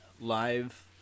live